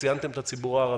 ציינתם את הציבור הערבי.